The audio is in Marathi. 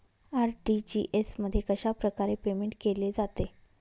आर.टी.जी.एस मध्ये कशाप्रकारे पेमेंट केले जाते?